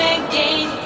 again